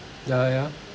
ya ya